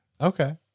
Okay